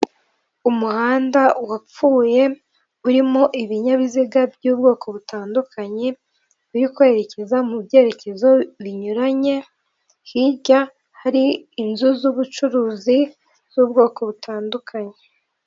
Umuhanda wapfuye urimo ibinyabiziga by'ubwoko butandukanye, uri kwerekeza mu byerekezo binyuranye, hirya har’inzu z'ubucuruzi z'ubwoko butandukanye.